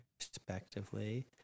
respectively